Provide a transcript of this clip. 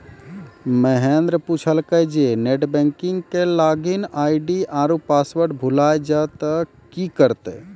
महेन्द्र पुछलकै जे net banking के लागिन आई.डी आरु पासवर्ड भुलाय जाय त कि करतै?